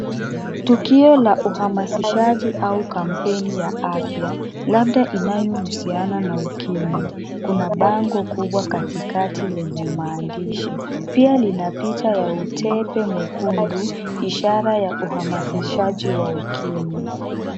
Tukio la uhamasishaji au kampeini ya afya, labda inayo husiana na ukimwi, kuna bango kubwa katikati lenye maandishi pia lina picha ya utebe mwekundu ishara ya uhamazishaji wa ukimwi.